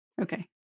okay